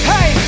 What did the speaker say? Hey